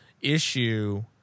issue